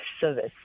service